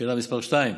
לשאלה מס' 2,